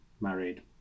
married